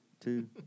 two